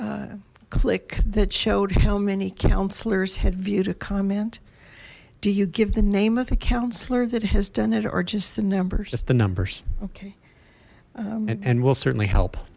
one click that showed how many counselors had view to comment do you give the name of the counselor that has done it or just the numbers just the numbers okay and will certainly help